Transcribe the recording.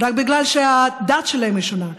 רק בגלל שהדת שלהם היא שונה?